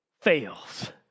fails